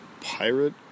pirate